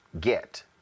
get